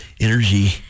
energy